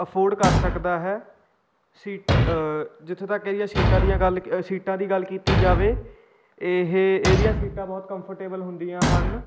afford ਕਰ ਸਕਦਾ ਹੈ ਸੀ ਜਿੱਥੇ ਤੱਕ ਇਹਦੀਆਂ ਸੀਟਾਂ ਦੀਆਂ ਗੱਲ ਸੀਟਾਂ ਦੀ ਗੱਲ ਕੀਤੀ ਜਾਵੇ ਇਹ ਇਹਦੀਆਂ ਸੀਟਾਂ ਬਹੁਤ ਕੰਫਰਟੇਬਲ ਹੁੰਦੀਆਂ ਹਨ